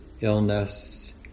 illness